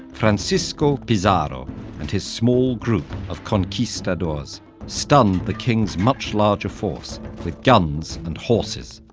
francisco pizarro and his small group of conquistadors stunned the king's much larger force with guns and horses,